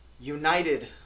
United